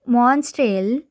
Montreal